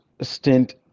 stint